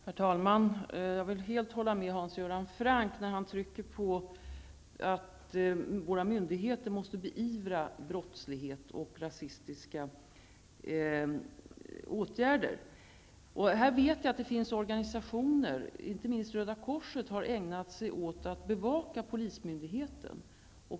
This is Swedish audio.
Herr talman! Jag vill helt hålla med Hans Göran Franck, när han trycker på att våra myndigheter måste beivra brottslighet och rasistiska handlingar. Här vet jag att det finns organisationer, inte minst Röda korset, som har ägnat sig åt att bevaka polismyndigheten.